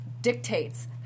dictates